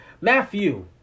Matthew